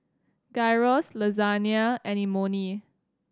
Gyros Lasagne and Imoni